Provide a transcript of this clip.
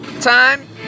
Time